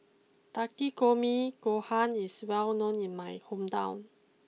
Takikomi Gohan is well known in my hometown